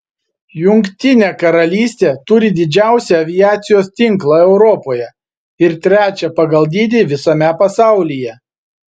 jungtinė karalystė turi didžiausią aviacijos tinklą europoje ir trečią pagal dydį visame pasaulyje